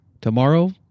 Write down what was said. tomorrow